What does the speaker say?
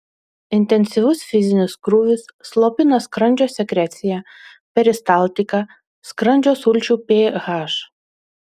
intensyvus fizinis krūvis slopina skrandžio sekreciją peristaltiką skrandžio sulčių ph